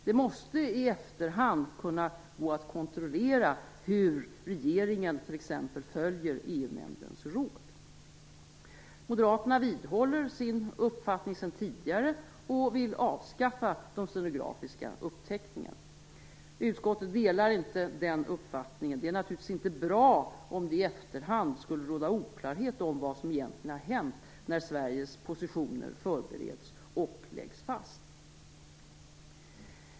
Det måste i efterhand gå att kontrollera hur regeringen t.ex. följer EU Moderaterna vidhåller sin uppfattning från tidigare och vill avskaffa de stenografiska uppteckningarna. Utskottet delar inte den uppfattningen. Det är naturligtvis inte bra om det i efterhand skulle råda oklarhet om vad som egentligen har hänt när Sveriges positioner förbereds och läggs fast.